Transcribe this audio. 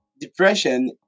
depression